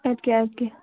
اَدٕ کیٛاہ اَدٕ کیٛاہ